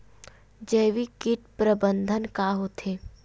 जैविक कीट प्रबंधन का होथे?